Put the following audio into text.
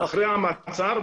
אחרי המעצר,